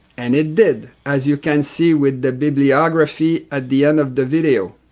and it did as you can see with the bibliography at the end of the video.